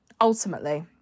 ultimately